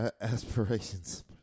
aspirations